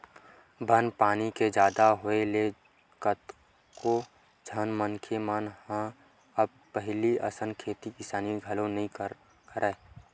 बन पानी के जादा होय ले कतको झन मनखे मन ह अब पहिली असन खेती किसानी घलो नइ करय